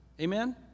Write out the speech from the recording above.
Amen